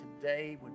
today